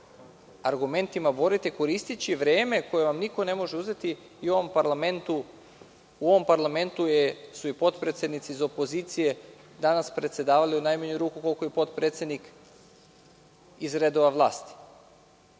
argumentima borite, koristeći vreme koje vam niko ne može uzeti. U ovom parlamentu su i potpredsednici iz opozicije danas predsedavali u najmanju ruku koliko je i potpredsednik iz redova vlasti.